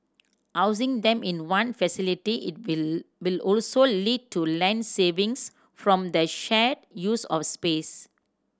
housing them in one facility it will will also lead to land savings from the shared use of space